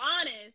honest